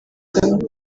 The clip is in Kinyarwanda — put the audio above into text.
kagame